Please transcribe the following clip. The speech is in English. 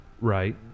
Right